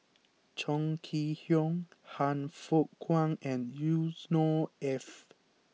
Chong Kee Hiong Han Fook Kwang and Yusnor Ef